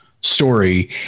story